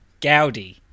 Gaudi